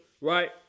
right